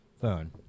phone